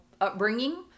upbringing